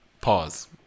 Pause